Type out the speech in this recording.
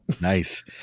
Nice